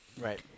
Right